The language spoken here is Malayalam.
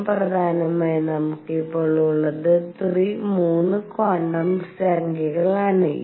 അതിലും പ്രധാനമായി നമുക്ക് ഇപ്പോൾ ഉള്ളത് 3 ക്വാണ്ടം സംഖ്യകളാണ്